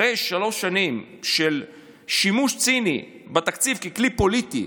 אחרי שלוש שנים של שימוש ציני בתקציב ככלי פוליטי